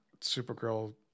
Supergirl